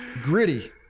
Gritty